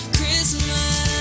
Christmas